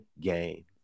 game